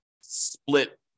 split